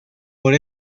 por